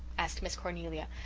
asked miss cornelia,